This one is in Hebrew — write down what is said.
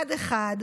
אחד-אחד,